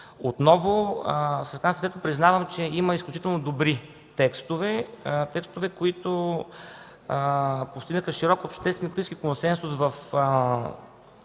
Отново признавам, че има изключително добри текстове, които постигнаха широк обществен и политически консенсус в